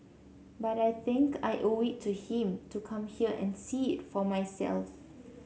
but I think I owe it to him to come here and see it for myself